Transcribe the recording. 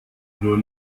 nur